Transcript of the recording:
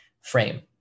frame